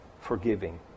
forgiving